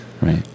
Right